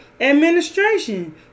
administration